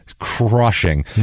crushing